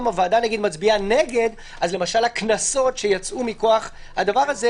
הוועדה מצביעה נגד - למשל הקנסות שיצאו מכוח הדבר הזה,